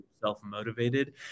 self-motivated